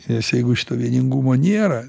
nes jeigu šito vieningumo nėra